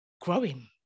growing